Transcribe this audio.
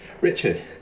Richard